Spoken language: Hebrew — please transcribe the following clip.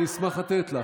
אני אשמח לתת לך,